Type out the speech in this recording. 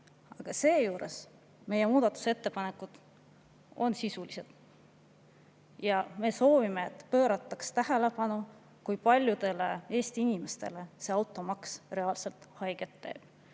Seejuures on meie muudatusettepanekud sisulised. Ja me soovime, et pöörataks tähelepanu, kui paljudele Eesti inimestele see automaks reaalselt haiget teeb.